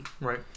Right